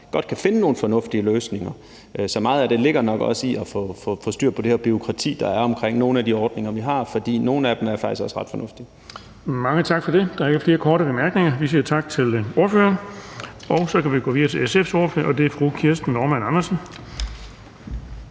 godt kan finde nogle fornuftige løsninger, så meget af det ligger nok i at få styr på det her bureaukrati, der er omkring nogle af de ordninger, vi har. For nogle af dem er faktisk også ret fornuftige. Kl. 15:25 Den fg. formand (Erling Bonnesen): Mange tak for det. Der er ikke flere korte bemærkninger. Vi siger tak til ordføreren. Så kan vi gå videre til SF's ordfører, og det er fru Kirsten Normann Andersen.